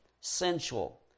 sensual